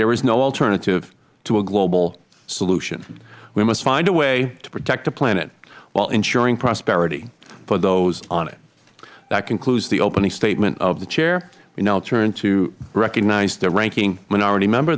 there is no alternative to a global solution we must find a way to protect the planet while ensuring prosperity for those on it that concludes the opening statement of the chair we now turn to recognize the ranking minority member